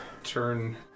Turn